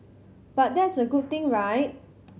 but that's a good thing right